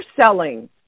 selling